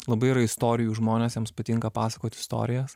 labai yra istorijų žmonės jiems patinka pasakot istorijas